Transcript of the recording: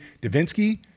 Davinsky